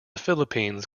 philippines